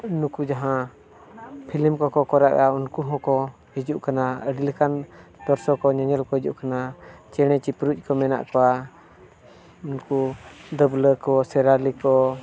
ᱱᱩᱠᱩ ᱡᱟᱦᱟᱸ ᱯᱷᱤᱞᱤᱢ ᱠᱚᱠᱚ ᱠᱚᱨᱟᱣᱮᱫᱟ ᱩᱱᱠᱩ ᱦᱚᱸᱠᱚ ᱦᱤᱡᱩᱜ ᱠᱟᱱᱟ ᱟᱹᱰᱤ ᱞᱮᱠᱟᱱ ᱫᱚᱨᱥᱚᱠ ᱠᱚ ᱧᱮᱧᱮᱞ ᱠᱚ ᱦᱤᱡᱩᱜ ᱠᱟᱱᱟ ᱪᱮᱬᱮ ᱪᱤᱯᱨᱩᱫ ᱠᱚ ᱢᱮᱱᱟᱜ ᱠᱚᱣᱟ ᱩᱱᱠᱩ ᱫᱟᱹᱵᱽᱞᱟᱹ ᱠᱚ ᱥᱮᱨᱟᱞᱤ ᱠᱚ